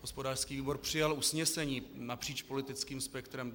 Hospodářský výbor přijal usnesení napříč politickým spektrem.